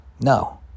No